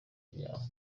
byabo